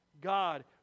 God